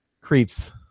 creeps